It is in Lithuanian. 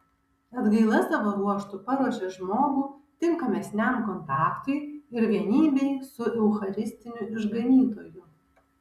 atgaila savo ruožtu paruošia žmogų tinkamesniam kontaktui ir vienybei su eucharistiniu išganytoju